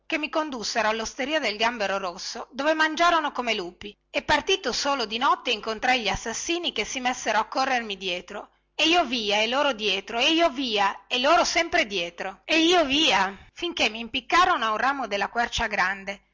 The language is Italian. che mi condussero allosteria del gambero rosso dove mangiarono come lupi e partito solo di notte incontrai gli assassini che si messero a corrermi dietro e io via e loro dietro e io via e loro sempre dietro e io via finché mimpiccarono a un ramo della quercia grande